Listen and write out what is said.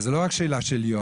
וזה לא רק שאלה של יום.